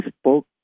spoke